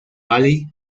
valley